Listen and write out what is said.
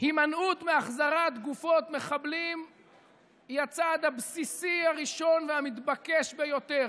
הימנעות מהחזרת גופות מחבלים היא הצעד הבסיסי הראשון והמתבקש ביותר.